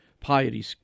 piety